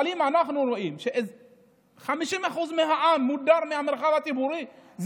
אבל אם אנחנו רואים ש-50% מודרים מהמרחב הציבורי,